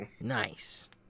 Nice